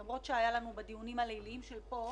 למרות שהיו לנו בדיונים הליליים פה,